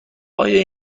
آیا